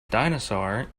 dinosaur